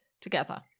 together